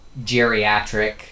geriatric